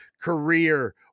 career